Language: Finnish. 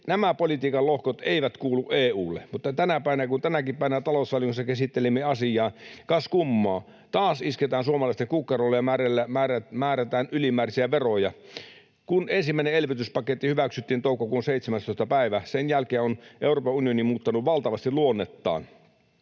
Nämä politiikan lohkot eivät kuulu EU:lle, mutta kun tänäkin päivänä talousvaliokunnassa käsittelimme asiaa, niin kas kummaa, taas isketään suomalaisten kukkarolle ja määrätään ylimääräisiä veroja. Sen jälkeen, kun ensimmäinen elvytyspaketti hyväksyttiin toukokuun 17. päivä, on Euroopan unioni muuttanut valtavasti luonnettaan.